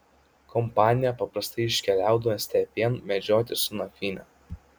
kompanija paprastai iškeliaudavo stepėn medžioti su nakvyne